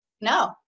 No